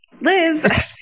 Liz